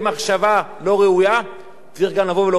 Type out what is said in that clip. צריך גם לבוא ולומר: בנושאים שקשורים לעבודתם,